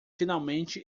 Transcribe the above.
finalmente